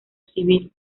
civil